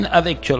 avec